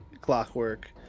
clockwork